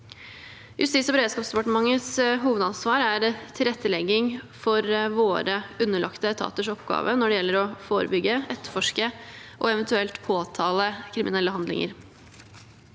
Justis- og beredskapsdepartementets hovedansvar er tilrettelegging for våre underlagte etaters oppgaver når det gjelder å forebygge, etterforske og eventuelt påtale kriminelle handlinger.